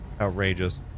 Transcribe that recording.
outrageous